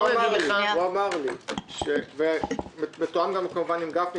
זה מתואם כמובן עם גפני,